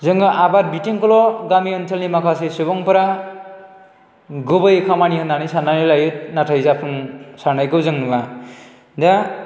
जोङो आबाद बिथिंखौल' गामि ओनसोलनि माखासे सुबुंफोरा गुबै खामानि होन्नानै सान्नानै लायो नाथाइ जाफुंसारनायखौ जों नुवा दा